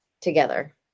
together